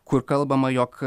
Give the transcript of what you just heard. kur kalbama jog